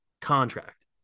contract